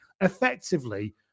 effectively